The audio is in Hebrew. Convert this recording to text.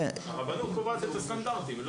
הרבנות קובעת את הסטנדרטים.